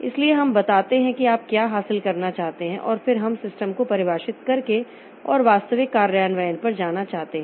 इसलिए हम बताते हैं कि आप क्या हासिल करना चाहते हैं और फिर हम सिस्टम को परिभाषित करके और वास्तविक कार्यान्वयन पर जाना चाहते हैं